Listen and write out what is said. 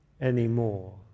anymore